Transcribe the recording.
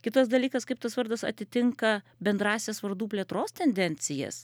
kitas dalykas kaip tas vardas atitinka bendrąsias vardų plėtros tendencijas